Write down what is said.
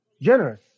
Generous